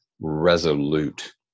resolute